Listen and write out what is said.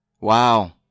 wow